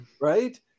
Right